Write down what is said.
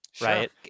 right